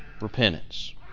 repentance